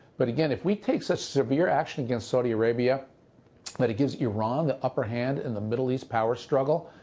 but again, if we take so severe action against saudi arabia and but it gives iran the upper hand in the middle east power struggle,